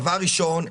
דבר ראשון,